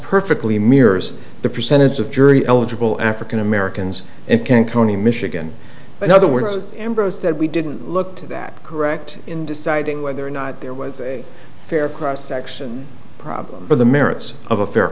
perfectly mirrors the percentage of jury eligible african americans and can county michigan in other words ambrose said we didn't look to that correct in deciding whether or not there was a fair cross section problem for the merits of a fair